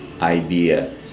idea